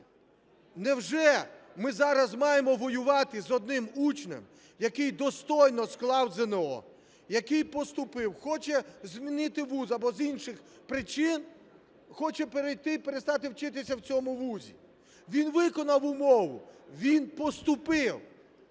Невже ми зараз маємо воювати з одним учнем, який достойно склав ЗНО, який поступив, хоче змінити вуз або з інших причин хоче перейти і перестати вчитися в цьому вузі? Він виконав умову, він поступив.